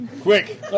Quick